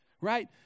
right